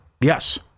yes